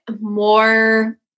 more